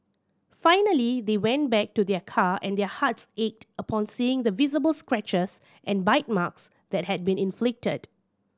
finally they went back to their car and their hearts ached upon seeing the visible scratches and bite marks that had been inflicted